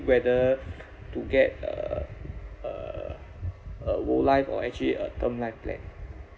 whether to get a uh uh a whole life or actually a term life plan